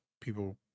people